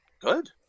Good